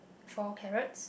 four carrots